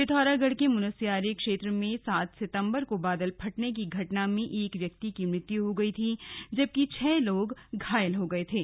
पिथौरागढ़ के मुनस्यारी क्षेत्र में सात सितंबर को बादल फटने की घटना में एक व्यक्ति मारा गया था जबकि छह लोग घायल हो गए थे